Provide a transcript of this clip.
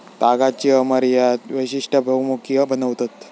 तागाची अमर्याद वैशिष्टा बहुमुखी बनवतत